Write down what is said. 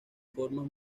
formas